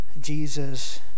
Jesus